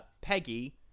Peggy